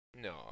No